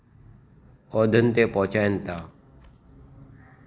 उहिदनि ते पहुचाइनि था